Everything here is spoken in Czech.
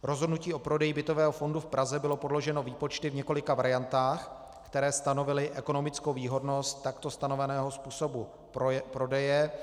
Rozhodnutí o prodeji bytového fondu v Praze bylo podloženo výpočty v několika variantách, které stanovily ekonomickou výhodnost takto stanoveného způsobu prodeje.